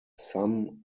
some